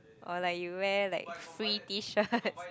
or like you wear like free T-shirt